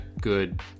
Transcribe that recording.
good